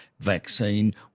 vaccine